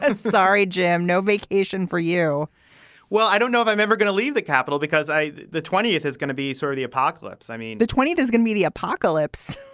and sorry, jim, no vacation for you well, i don't know if i'm ever going to leave the capitol because i the twentieth is going to be sort of the apocalypse. i mean, the twentieth is going to be the apocalypse.